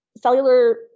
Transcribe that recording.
cellular